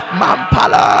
mampala